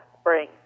spring